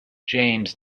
james